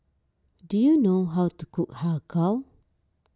do you know how to cook Har Kow